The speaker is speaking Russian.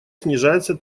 снижается